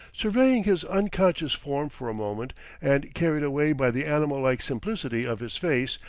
surveying his unconscious form for a moment and carried away by the animal-like simplicity of his face,